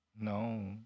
No